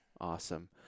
awesome